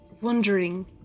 wondering